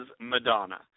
Madonna